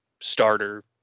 starter